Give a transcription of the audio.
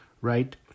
right